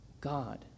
God